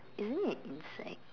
isn't it an insect